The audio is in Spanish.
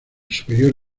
superior